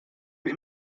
mir